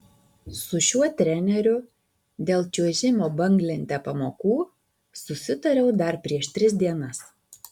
su šiuo treneriu dėl čiuožimo banglente pamokų susitariau dar prieš tris dienas